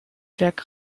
werk